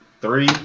Three